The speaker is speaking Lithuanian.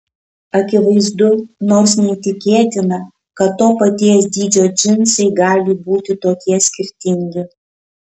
akivaizdu nors neįtikėtina kad to paties dydžio džinsai gali būti tokie skirtingi